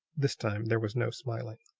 this time there was no smiling.